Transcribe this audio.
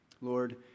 Lord